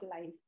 life